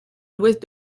l’ouest